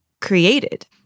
created